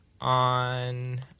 on